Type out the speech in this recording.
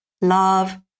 love